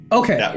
okay